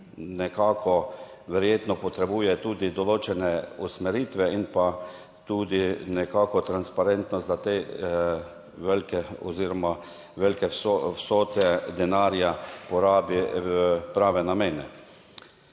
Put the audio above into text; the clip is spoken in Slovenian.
nekako verjetno potrebuje tudi določene usmeritve in pa tudi nekako transparentnost, da te velike oziroma velike vsote denarja porabi v prave namene.